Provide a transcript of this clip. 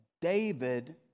David